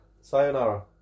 sayonara